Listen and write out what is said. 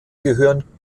gehören